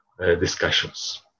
discussions